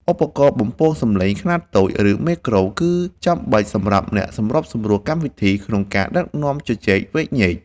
ឧបករណ៍បំពងសំឡេងខ្នាតតូច ឬ មេក្រូ គឺចាំបាច់សម្រាប់អ្នកសម្របសម្រួលកម្មវិធី ក្នុងការដឹកនាំការជជែកវែកញែក។